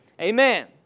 Amen